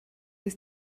ist